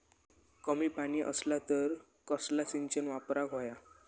कमी पाणी असला तर कसला सिंचन वापराक होया?